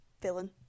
villain